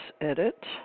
Edit